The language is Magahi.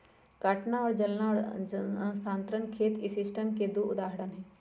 काटना और जलाना और स्थानांतरण खेत इस सिस्टम के दु उदाहरण हई